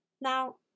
Now